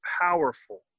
powerful